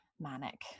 manic